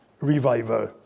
revival